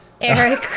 Eric